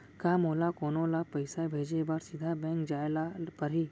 का मोला कोनो ल पइसा भेजे बर सीधा बैंक जाय ला परही?